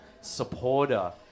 supporter